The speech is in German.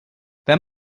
wenn